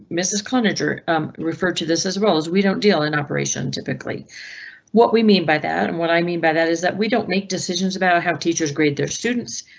mrs carnage are um referred to this as well as we don't deal in operation. typically what we mean by that and what i mean by that is that we don't make decisions about how teachers grade their students.